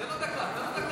תן לו דקה, תן לו דקה.